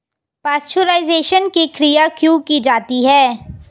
Pasteurisation की क्रिया क्यों की जाती है?